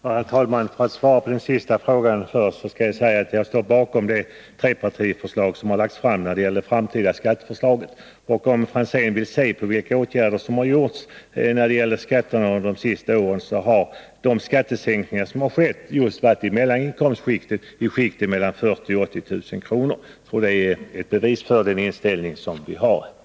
Herr talman! För att svara på den sista frågan först vill jag säga att jag står bakom det trepartiförslag som lagts fram i fråga om de framtida skatterna. Om Tommy Franzén studerar saken närmare skall han finna att de skattesänkningar som skett under de senaste åren gynnat mellaninkomstskikten, dvs. inkomster på mellan 40 000 och 80 000 kr. Det är ett bevis för den inställning som vi har.